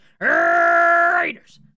Raiders